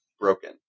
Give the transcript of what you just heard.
broken